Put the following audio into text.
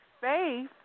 faith